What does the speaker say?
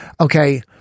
okay